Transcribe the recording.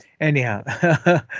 anyhow